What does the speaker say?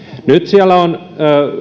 nyt on